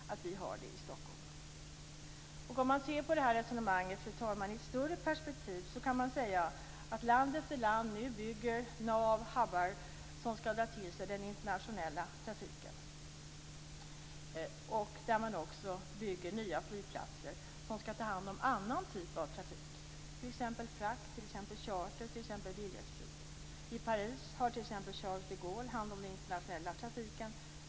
Jag anser inte att vi klarar det i Stockholm. Fru talman! Sett i ett större perspektiv kan framhållas att land efter land nu bygger s.k. nav eller "hubbar", som skall dra till sig den internationella trafiken. Man bygger också nya flygplatser, som skall ta hand om annan typ av trafik, som t.ex. frakt, charter och billighetsflyg.